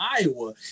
Iowa